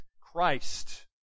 Christ